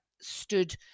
stood